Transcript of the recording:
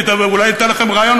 אולי אני אתן לכם רעיון,